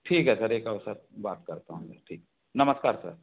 ठीक है सर एक और सर बात करता हूँ मैं ठीक है नमस्कार सर